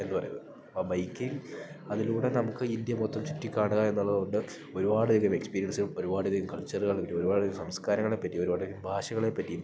എന്ന് പറയുന്നത് അപ്പം ബൈക്കിംഗ് അതിലൂടെ നമുക്ക് ഇന്ത്യ മൊത്തം ചുറ്റി കാണുക എന്നുള്ളത് കൊണ്ട് ഒരുപാടധികം എക്സ്പീരിയൻസും ഒരുപാടധികം കൾച്ചറുകളും ഒരുപാടധികം സംസ്കാരങ്ങളെപ്പറ്റിയും ഒരുപാടധികം ഭാഷകളെപ്പറ്റിയും